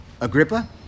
Agrippa